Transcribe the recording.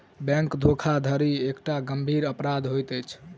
bank धोखाधड़ी एकटा गंभीर अपराध होइत अछि